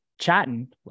chatting